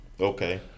Okay